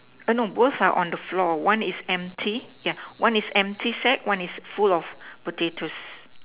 uh no both are on the floor one is empty yeah one is empty sack one is full of potatoes